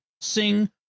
sing